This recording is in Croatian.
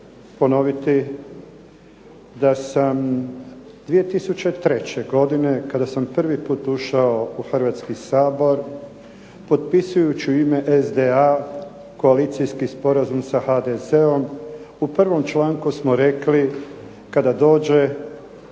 da sam 2003. godine kada sam prvi put ušao u Hrvatski sabor potpisujući u ime SDA koalicijski sporazum sa HDZ-om u prvom članku smo rekli kada dođe